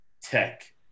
Tech